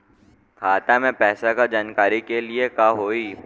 खाता मे पैसा के जानकारी के लिए का होई?